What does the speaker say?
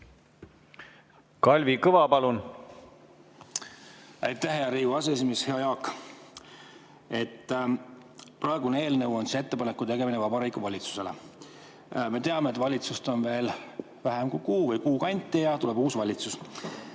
Kalvi Kõva, palun! Aitäh, hea Riigikogu aseesimees! Hea Jaak! Praegune eelnõu on ettepaneku tegemine Vabariigi Valitsusele. Me teame, et valitsust on veel vähem kui kuu või kuu kanti ja siis tuleb uus valitsus.